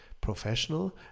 Professional